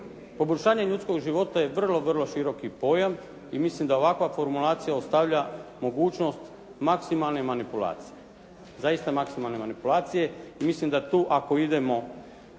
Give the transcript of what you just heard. Poboljšanje ljudskog života je vrlo, vrlo široki pojam i mislim da ovakva formulacija ostavlja mogućnost maksimalne manipulacije. Zaista maksimalne manipulacije i mislim da tu ako idemo,